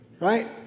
right